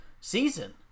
season